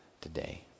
today